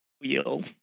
wheel